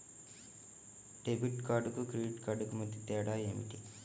Debit కార్డుకు credit కార్డుకు మధ్య తేడా ఏమిటీ?